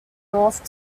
north